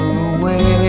away